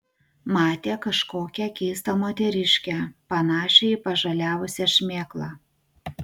matė kažkokią keistą moteriškę panašią į pažaliavusią šmėklą